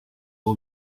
aho